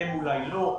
אתם אולי לא.